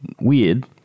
weird